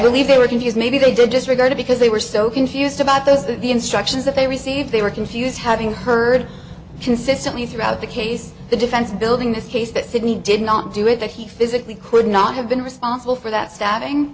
believe they were confused maybe they did disregard because they were so confused about those that the instructions that they received they were confuse having heard consistently throughout the case the defense building this case that sydney did not do it that he physically could not have been responsible for that stabbing